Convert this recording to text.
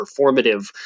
performative